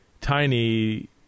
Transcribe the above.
tiny